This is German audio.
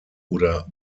oder